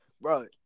bro